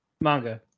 Manga